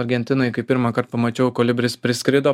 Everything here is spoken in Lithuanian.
argentinoj kai pirmąkart pamačiau kolibris priskrido